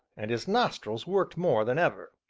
and his nostrils worked more than ever.